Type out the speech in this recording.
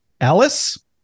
Alice